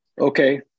Okay